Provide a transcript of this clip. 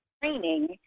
training